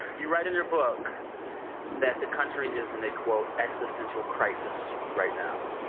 you write in your book that the country is in a, quote, existential crisis right now,